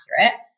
accurate